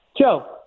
Joe